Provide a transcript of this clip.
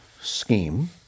scheme